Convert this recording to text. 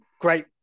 Great